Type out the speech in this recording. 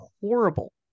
Horrible